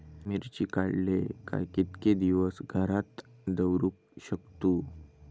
मिर्ची काडले काय कीतके दिवस घरात दवरुक शकतू?